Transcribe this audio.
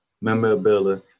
memorabilia